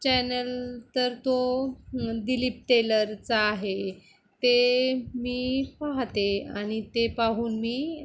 channel तर तो दिलीप टेलरचा आहे ते मी पाहते आणि ते पाहून मी